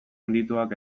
handituak